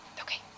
okay